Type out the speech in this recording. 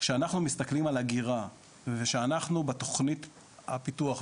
שכשאנחנו מסתכלים על אגירה ושאנחנו בתכנית הפיתוח,